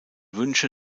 wünsche